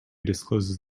discloses